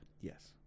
Yes